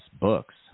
books